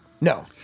No